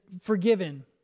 forgiven